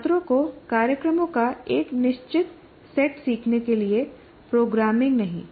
छात्रों को कार्यक्रमों का एक निश्चित सेट सीखने के लिए प्रोग्रामिंग नहीं